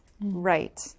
Right